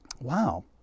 Wow